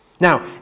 now